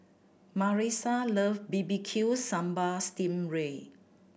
Marisa love B B Q Sambal sting ray